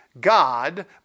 God